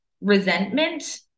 resentment